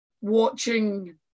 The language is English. watching